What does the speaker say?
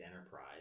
Enterprise